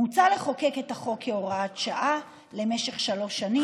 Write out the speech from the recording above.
מוצע לחוקק את החוק כהוראת שעה למשך שלוש שנים,